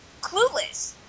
clueless